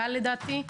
גל לדעתי,